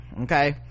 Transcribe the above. okay